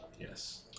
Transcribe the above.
Yes